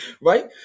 Right